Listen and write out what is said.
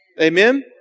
Amen